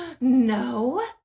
no